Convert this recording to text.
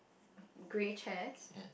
grey chairs